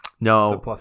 No